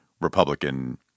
Republican